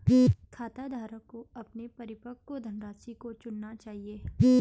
खाताधारक को अपने परिपक्व धनराशि को चुनना चाहिए